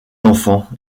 enfants